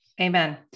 Amen